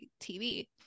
TV